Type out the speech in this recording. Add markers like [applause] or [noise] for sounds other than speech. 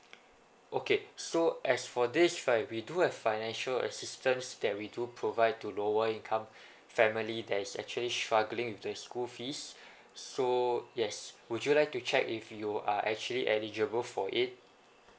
okay so as for this right we do have financial assistance that we do provide to lower income [breath] family that is actually struggling with the school fees [breath] so yes would you like to check if you are actually eligible for it